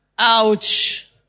Ouch